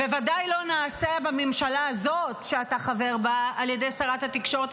בוודאי זה לא נעשה בממשלה הזאת שאתה חבר בה על ידי שרת התחבורה הנוכחית,